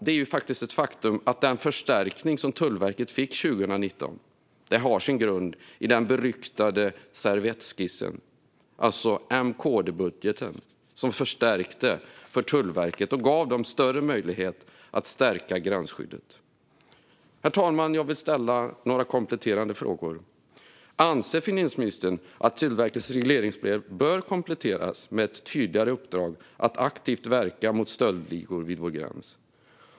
Det är ett faktum att den förstärkning som Tullverket fick 2019 har sin grund i den beryktade servettskissen, alltså M-KD-budgeten, som förstärkte Tullverket och gav det större möjlighet att stärka gränsskyddet. Herr talman! Jag vill ställa några kompletterande frågor. Anser finansministern att Tullverkets regleringsbrev bör kompletteras med ett tydligare uppdrag att aktivt verka mot stöldligor vid vår gräns?